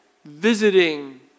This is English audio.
Visiting